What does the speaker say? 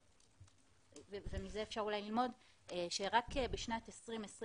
ומזה אפשר ללמוד שרק בשנת 20/21,